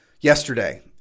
Yesterday